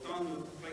והוא מבקש